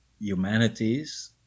humanities